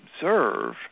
observe